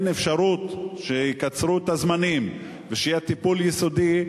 אפשרות שיקצרו את הזמנים ושיהיה טיפול יסודי,